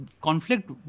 conflict